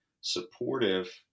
supportive